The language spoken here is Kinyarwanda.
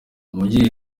mungire